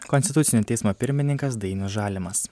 konstitucinio teismo pirmininkas dainius žalimas